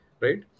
Right